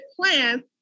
plans